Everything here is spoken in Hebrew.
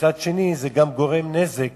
מצד שני, זה גם גורם נזק